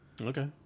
Okay